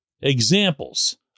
examples